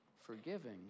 forgiving